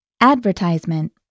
Advertisement